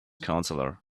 counselor